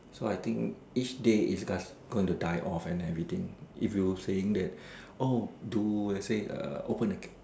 so I think each day is just going to die off and everything if you saying that oh do let's say a open a